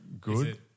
good